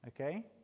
okay